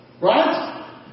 right